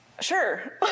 sure